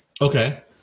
Okay